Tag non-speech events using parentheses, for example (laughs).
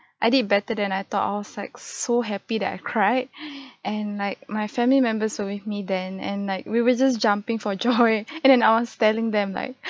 I did better than I thought I was like so happy that I cried (breath) and like my family members were with me then and like we were just jumping for (laughs) joy and then I was telling them like